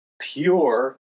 pure